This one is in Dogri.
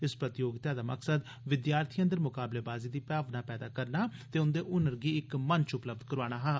इस प्रतियोगिता दा मकसद विद्यार्थिएं अंदर म्काबलेबाजी दी भावना पैदा करना ते उंदे हनर गी इक मंच उपलब्ध करोआना हा